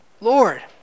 Lord